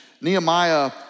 Nehemiah